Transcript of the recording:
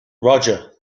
roger